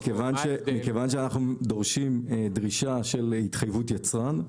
מכיוון שאנחנו דורשים דרישה של התחייבות יצרן בחו"ל.